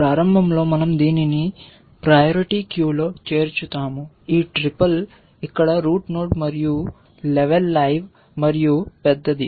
ప్రారంభంలో మన০ దీనిని ప్రయారిటీా క్యూలో చేర్చుతాము ఈ ట్రిపుల్ ఇక్కడ రూట్ నోడ్ మరియు లెవల్ లైవ్ మరియు పెద్దది